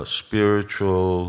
spiritual